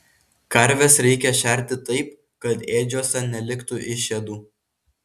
karves reikia šerti taip kad ėdžiose neliktų išėdų